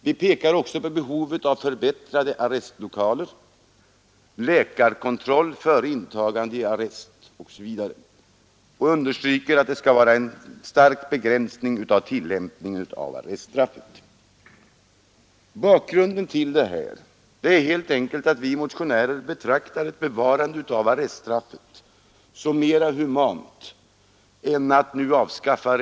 Vi pekar också på behovet av förbättrade arrestlokaler, läkarkontroll före intagande i arrest osv. och understryker att det skall vara en stark begränsning vid tillämpning av arreststraff. Bakgrunden till våra yrkanden är att vi motionärer betraktar ett Nr 143 bevarande av arreststraffet som mera humant än att nu avskaffa det.